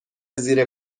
زیر